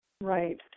Right